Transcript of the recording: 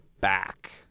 back